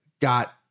got